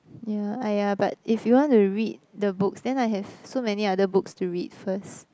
yeah !aiya! but if you want to read the books then I have so many other books to read first